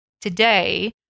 today